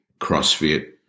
CrossFit